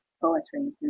poetry